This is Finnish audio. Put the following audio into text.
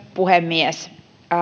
puhemies